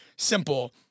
Simple